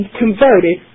converted